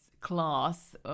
class